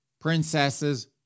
princesses